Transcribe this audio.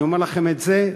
אני אומר לכם את זה,